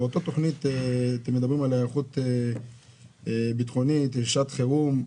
באותה תוכנית אתם מדברים על היערכות ביטחונית לשעת חירום.